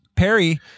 Perry